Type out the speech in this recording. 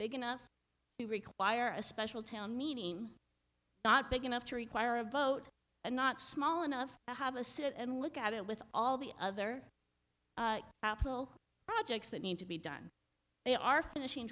big enough to require a special town meeting not big enough to require a vote and not small enough to have a sit and look at it with all the other little projects that need to be done they are finishing